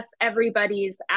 everybody's